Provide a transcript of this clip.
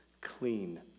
clean